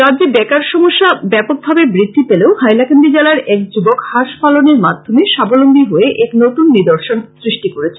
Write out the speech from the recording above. রাজ্যে বেকার সমস্যা ব্যাপকভাবে বৃদ্ধি পেলেও হাইলাকান্দি জেলার এক যুবক হাঁস পলনের মাধ্যমে সবাবলম্বী হয়ে এক নতুন নিদর্শন সৃষ্টি করেছে